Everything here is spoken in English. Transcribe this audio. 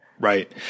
Right